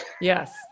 Yes